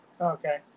Okay